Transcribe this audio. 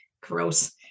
gross